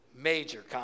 Major